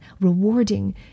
rewarding